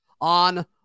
on